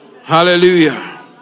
Hallelujah